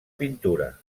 pintura